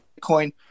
Bitcoin